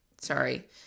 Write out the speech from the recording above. Sorry